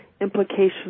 implications